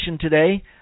today